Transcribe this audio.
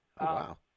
wow